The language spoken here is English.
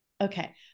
Okay